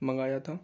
منگایا تھا